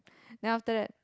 then after that